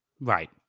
Right